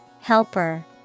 Helper